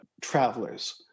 travelers